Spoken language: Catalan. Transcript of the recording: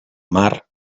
mar